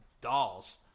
dolls